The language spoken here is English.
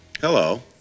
Hello